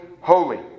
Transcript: holy